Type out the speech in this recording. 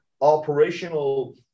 operational